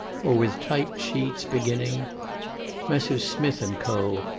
or with typed sheets beginning messrs smith and co,